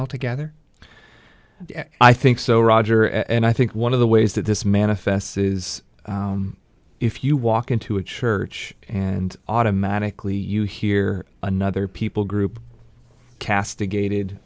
altogether i think so roger and i think one of the ways that this manifests is if you walk into a church and automatically you hear another people group castigated